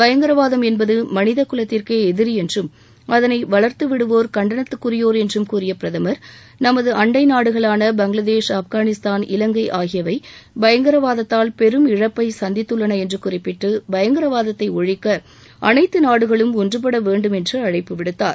பயங்கரவாதம் என்பது மனித குலத்திற்கே எதிரி என்றும் அதனை வளர்துவிடுவோர் கண்டனத்துக்குரியோர் என்றும் கூறிய பிரதமர் நமது அண்டை நாடுகளான பங்களாதேஷ் ஆப்கானிஸ்தான் இலங்கை ஆகியயவை பயங்கரவாதத்தால் பெரும் இழப்பை சந்தித்தன என்று குறிப்பிட்டு பயங்கரவாதத்தை ஒழிக்க அனைத்து நாடுகளும் ஒன்றுபட வேண்டும் என்று அழைப்பு விடுத்தார்